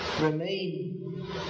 remain